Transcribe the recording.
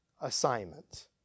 assignment